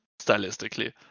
stylistically